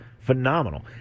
Phenomenal